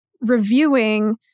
reviewing